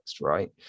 right